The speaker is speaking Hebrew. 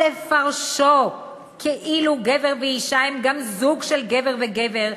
לפרשו כאילו גבר ואישה הם גם זוג של גבר וגבר,